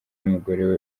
n’umugore